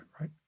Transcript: right